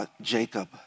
Jacob